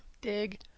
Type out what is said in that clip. Dig